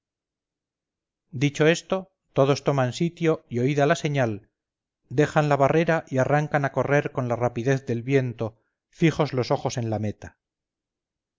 tercero dicho esto todos toman sitio y oída la señal dejan la barrera y arrancan a correr con la rapidez del viento fijos los ojos en la meta